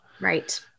Right